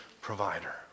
provider